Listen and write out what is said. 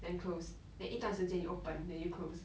then close then 一段时间又 open then 又 close